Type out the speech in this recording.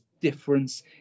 difference